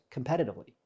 competitively